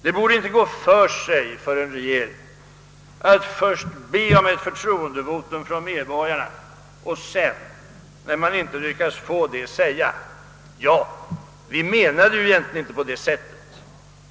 Det borde inte gå för sig för en regering att först be om ett förtroendevotum från medborgarna och sedan, när den inte lyckats få det, säga: »Vi menade egentligen inte på det sättet.